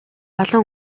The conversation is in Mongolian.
олон